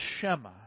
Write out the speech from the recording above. Shema